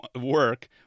work